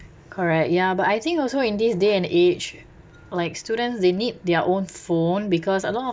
correct ya but I think also in these day and age like students they need their own phone because a lot of